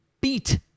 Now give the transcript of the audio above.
beat